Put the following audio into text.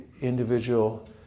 individual